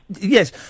Yes